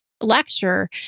lecture